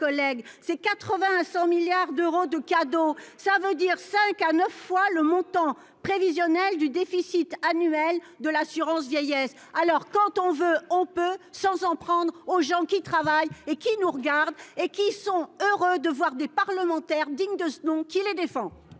collègues, c'est 80 à 100 milliards d'euros de cadeaux, ça veut dire 5 à 9 fois le montant prévisionnel du déficit annuel de l'assurance vieillesse. Alors quand on veut on peut, sans en prendre aux gens qui travaillent et qui nous regardent et qui sont heureux de voir des parlementaires digne de ce nom qui les défend.